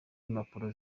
impapuro